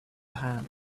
hand